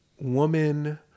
woman